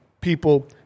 people